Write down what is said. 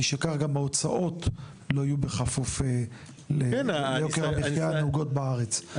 מי שכך גם ההוצאות לא יהיו בכפוף ליוקר המחיה הנהוגים בארץ,